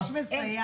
אני שואלת.